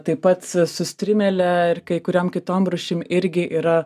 taip pat su strimele ir kai kuriom kitom rūšim irgi yra